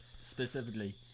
specifically